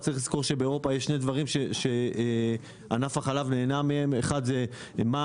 צריך לזכור שבאירופה יש שני דברים שענף החלב נהנה מהם: אחד זה מע"מ,